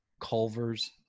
Culver's